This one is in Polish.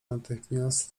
natychmiast